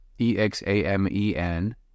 E-X-A-M-E-N